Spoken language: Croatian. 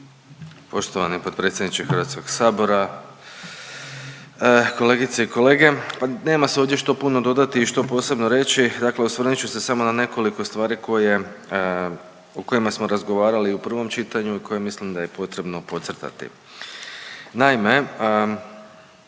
Poštovani potpredsjedniče HS, kolegice i kolege, pa nema se ovdje što puno dodati i što posebno reći, dakle osvrnut ću se samo na nekoliko stvari koje, o kojima smo razgovarali u prvom čitanju i koje mislim da je potrebno podcrtati.